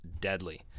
deadly